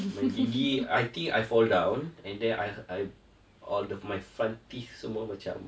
my gigi I think fall down and then uh I all of my front teeth semua macam